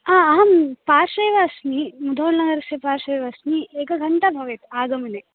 हा अहं पार्श्वे एव अस्मि मुधोल् नगरस्य पार्श्वे एव अस्मि एकघण्टा भवेत् आगमने